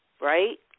right